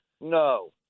No